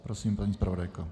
Prosím, paní zpravodajko.